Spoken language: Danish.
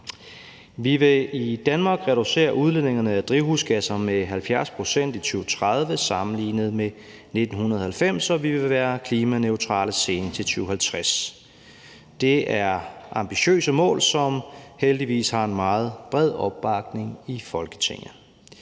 Vi vil i Danmark reducere udledningerne af drivhusgasser med 70 pct. i 2030 sammenlignet med 1990, og vi vil være klimaneutrale senest i 2050. Det er ambitiøse mål, som heldigvis har en meget bred opbakning i Folketinget.